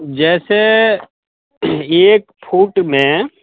जैसे एक फूट में